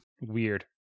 Weird